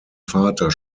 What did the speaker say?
vater